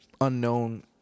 unknown